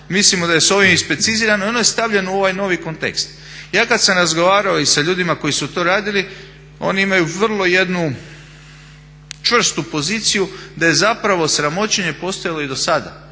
mislimo da je s ovim isprecizirano i ono je stavljeno u ovaj novi kontekst. Ja kad sam razgovarao i sa ljudima koji su to radili oni imaju vrlo jednu čvrstu poziciju da je zapravo sramoćenje postojalo i do sada,